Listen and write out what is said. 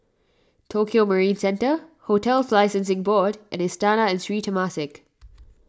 Tokio Marine Centre Hotels Licensing Board and Istana and Sri Temasek